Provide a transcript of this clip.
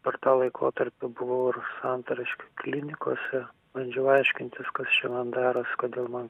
per tą laikotarpį buvau ir santariškių klinikose bandžiau aiškintis kas čia man darosi kodėl man